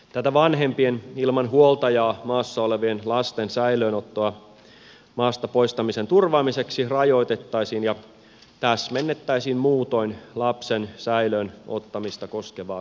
tätä vanhempien ilman huoltajaa maassa olevien lasten säilöönottoa maasta poistamisen turvaamiseksi rajoitettaisiin ja täsmennettäisiin muutoin lapsen säilöön ottamista koskevaa sääntelyä